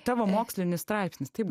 tavo mokslinis straipsnis taip